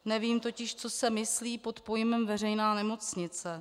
Nevím totiž, co se myslí pod pojmem veřejná nemocnice.